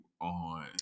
on